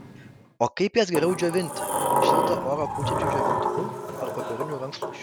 o kaip jas geriau džiovinti šiltą orą pučiančiu džiovintuvu ar popieriniu rankšluosčiu